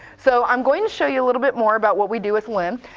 so i'm going to show you a little bit more about what we do with lem.